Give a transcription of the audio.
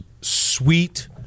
sweet